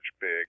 big